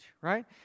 right